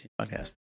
podcast